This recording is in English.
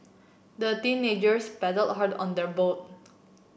the teenagers paddled hard on their boat